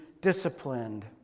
disciplined